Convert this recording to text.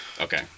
Okay